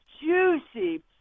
juicy